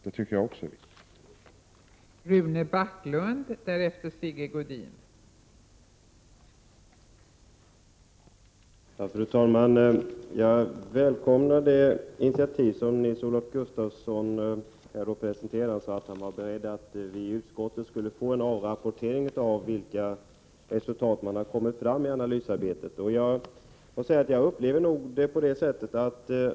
Det tycker jag också är viktigt.